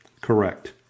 Correct